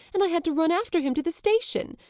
and i had to run after him to the station.